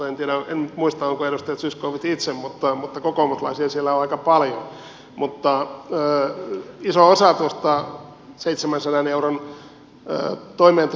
en tiedä en nyt muista onko edustaja zyskowicz itse mutta kokoomuslaisia siellä on aika paljon